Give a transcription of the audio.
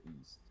east